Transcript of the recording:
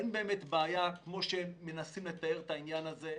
אין באמת בעיה כמו שמנסים לתאר את העניין הזה.